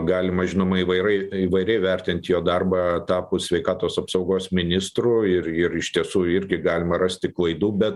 galima žinoma įvairi įvairiai vertint jo darbą tapus sveikatos apsaugos ministru ir ir iš tiesų irgi galima rasti klaidų bet